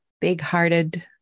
big-hearted